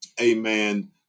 amen